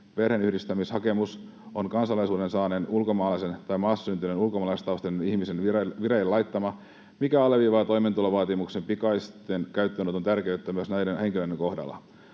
perheenyhdistämishakemus on kansalaisuuden saaneen ulkomaalaisen tai maassa syntyneen ulkomaalaistaustaisen ihmisen vireille laittama, mikä alleviivaa toimeentulovaatimuksen pikaisen käyttöönoton tärkeyttä myös näiden henkilöiden kohdalla.